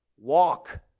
walk